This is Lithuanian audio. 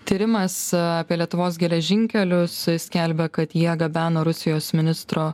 tyrimas apie lietuvos geležinkelius skelbia kad jie gabeno rusijos ministro